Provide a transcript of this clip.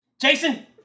Jason